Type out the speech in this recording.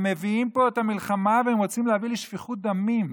הם מביאים לפה את המלחמה והם רוצים להביא לשפיכות דמים.